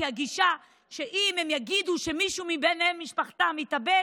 כי הגישה היא שאם הם יגידו שמישהו מבני משפחתם התאבד